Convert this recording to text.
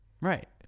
right